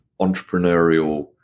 entrepreneurial